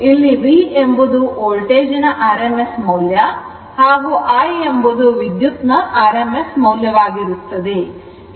ಇಲ್ಲಿ V ಎಂಬುದು ವೋಲ್ಟೇಜಿನ rms ಮೌಲ್ಯ ಹಾಗೂ I ಎಂಬುದು ವಿದ್ಯುತ್ ನ rms ಮೌಲ್ಯವಾಗಿರುತ್ತದೆ